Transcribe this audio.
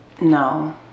no